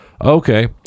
Okay